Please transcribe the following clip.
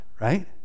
Right